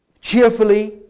cheerfully